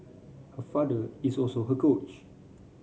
her father is also her coach